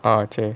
ah chey